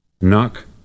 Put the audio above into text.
Knock